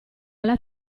alla